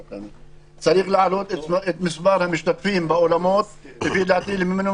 את מספר המשתתפים באולמות לפי דעתי למינימום